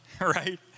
right